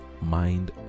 mind